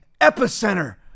epicenter